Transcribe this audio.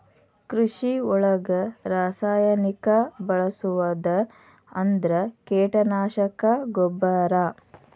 ಕೃಷಿ ಒಳಗ ರಾಸಾಯನಿಕಾ ಬಳಸುದ ಅಂದ್ರ ಕೇಟನಾಶಕಾ, ಗೊಬ್ಬರಾ